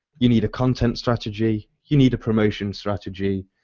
you need a content strategy. you need a promotion strategy.